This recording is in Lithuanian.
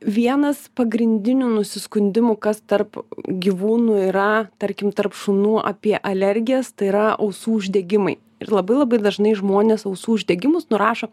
vienas pagrindinių nusiskundimų kas tarp gyvūnų yra tarkim tarp šunų apie alergijas tai yra ausų uždegimai ir labai labai dažnai žmonės ausų uždegimus nurašo